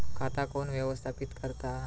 खाता कोण व्यवस्थापित करता?